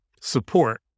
support